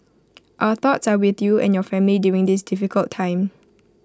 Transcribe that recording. our thoughts are with you and your family during this difficult time